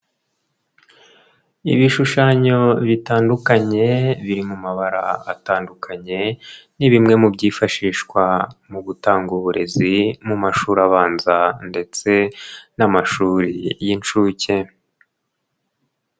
Ibishushanyo bitandukanye biri mu mabara atandukanye, ni bimwe mu byifashishwa mu gutanga uburezi mu mashuri abanza ndetse n'amashuri y'inshuke.